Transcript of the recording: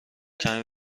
کمی